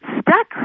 stuck